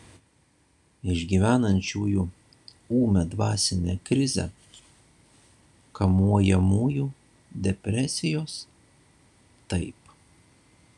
išgyvenančiųjų ūmią dvasinę krizę kamuojamųjų depresijos taip